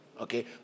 Okay